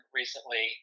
recently